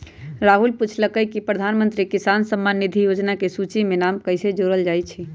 राहुल पूछलकई कि प्रधानमंत्री किसान सम्मान निधि योजना के सूची में नाम कईसे जोरल जाई छई